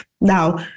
Now